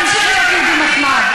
תמשיך להיות יהודי מחמד.